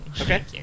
Okay